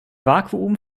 vakuum